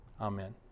Amen